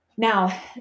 Now